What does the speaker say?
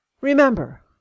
Remember